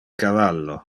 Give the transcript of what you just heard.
cavallo